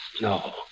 No